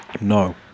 No